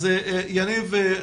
אז יניב,